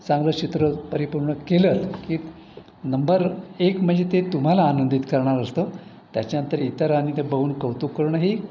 चांगलं चित्र परिपूर्ण केलंत की नंबर एक म्हणजे ते तुम्हाला आनंदित करणार असतं त्याच्यानंतर इतरांनी ते बघून कौतुक करणं ही